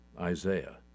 Isaiah